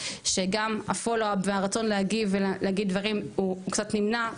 שגם הפולו-אפ והרצון להגיב ולהגיד דברים קצת נמנע.